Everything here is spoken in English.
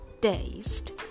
taste